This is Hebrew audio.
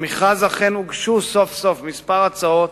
למכרז אכן הוגשו סוף-סוף כמה הצעות